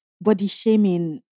body-shaming